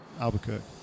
Albuquerque